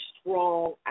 strong